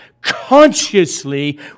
consciously